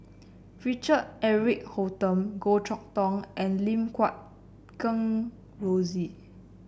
Richard Eric Holttum Goh Chok Tong and Lim Guat Kheng Rosie